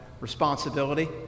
responsibility